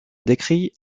décrit